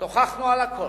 שוחחנו על הכול.